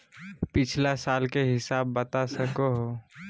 पिछला साल के हिसाब बता सको हो?